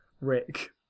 Rick